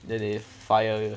then they fire you